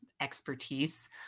expertise